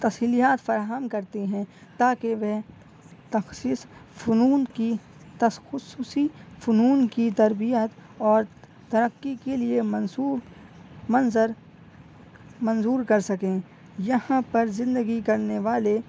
تسلیحات فراہم کرتے ہیں تاکہ وہ تخصیص فنون کی تسخصصی فنون کی تربیت اور ترقی کے لیے منصوب منظر منظور کر سکیں یہاں پر زندگی کرنے والے